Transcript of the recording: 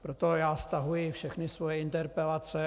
Proto já stahuji všechny svoje interpelace.